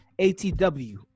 ATW